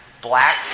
black